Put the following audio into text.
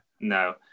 No